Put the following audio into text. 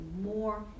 more